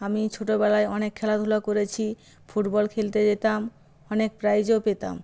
আমি ছোটোবেলায় অনেক খেলাধুলা করেছি ফুটবল খেলতে যেতাম অনেক প্রাইজও পেতাম